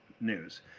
news